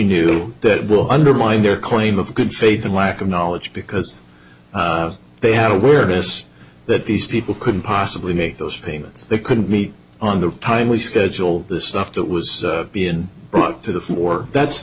knew that will undermine their claim of good faith and lack of knowledge because they had awareness that these people couldn't possibly make those payments they couldn't meet on the time we schedule the stuff that was being brought to the fore that's